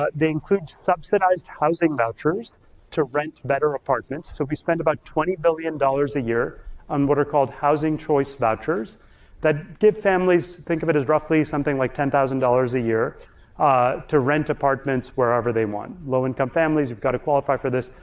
ah they include subsidized housing vouchers to rent better apartments. so we spend about twenty billion dollars a year on what are called housing choice vouchers that give families, think of it as roughly something like ten thousand dollars a year ah to rent apartments wherever they want. low-income families have gotta qualify for this.